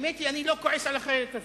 האמת, אני לא כועס על החיילת הזאת.